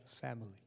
family